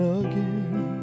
again